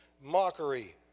mockery